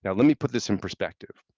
yeah let me put this in perspective.